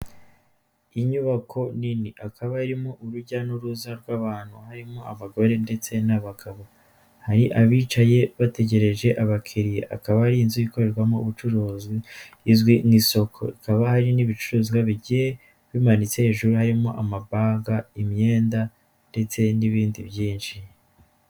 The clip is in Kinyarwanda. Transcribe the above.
Inyubako nini akaba arimo urujya n'uruza rw'abantu, harimo abagore ndetse n'abagabo. Hari abicaye bategereje abakiriya, akaba ari inzu ikorerwamo ubucuruzi izwi nk'isoko, hakaba hari n'ibicuruzwa bigiye bimanitse hejuru harimo amabaga, imyenda ndetse n'ibindi byinshi.